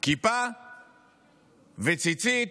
כיפה וציצית,